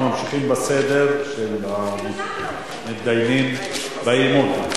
אנחנו ממשיכים בסדר של המתדיינים באי-אמון.